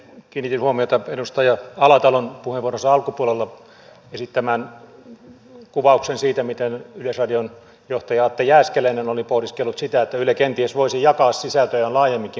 kiinnitin huomiota edustaja alatalon puheenvuoronsa alkupuolella esittämään kuvaukseen siitä miten yleisradion johtaja atte jääskeläinen oli pohdiskellut sitä että yle kenties voisi jakaa sisältöjään laajemminkin uutismedian käyttöön